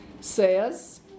says